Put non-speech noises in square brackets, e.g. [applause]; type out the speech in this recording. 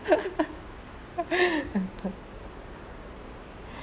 [laughs]